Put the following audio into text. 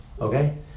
okay